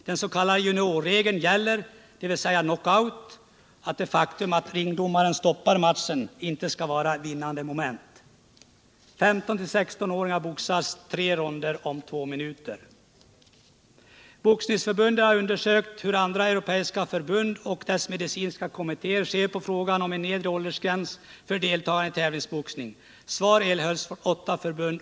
Den s.k. juniorregeln gäller, dvs. knockout och det faktum att ringdomaren stoppar matchen skall inte vara vinnande moment. Boxningsförbundet har undersökt hur andra europeiska förbund och dess medicinska kommittéer ser på frågan om en nedre åldersgräns för deltagande i tävlingsboxning. Svar erhölls från åtta förbund.